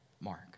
Mark